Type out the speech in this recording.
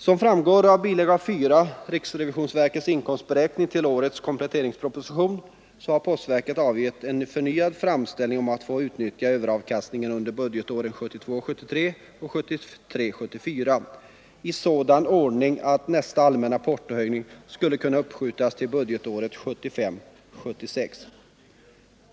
Som framgår av Bilaga 4 — riksrevisionsverkets inkomstberäkning till årets kompletteringsproposition B har postverket avgett en förnyad framställning om att få utnyttja överavkastningen under budgetåren 1972 74 i sådan ordning att nästa allmänna portohöjning skulle kunna uppskjutas till budgetåret 1975/76.